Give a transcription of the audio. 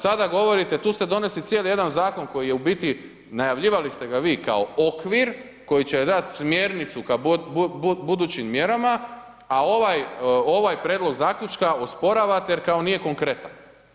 Sada govorite, tu ste donesli cijeli jedan Zakon koji je u biti, najavljivali ste ga vi kao okvir koji će dat smjernicu ka budućim mjerama, a ovaj Prijedlog Zaključka osporavate jer kao nije konkretan.